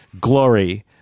Glory